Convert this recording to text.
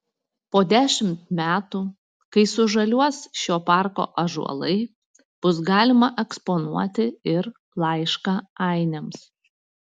po dešimt metų kai sužaliuos šio parko ąžuolai bus galima eksponuoti ir laišką ainiams